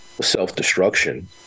self-destruction